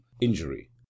injury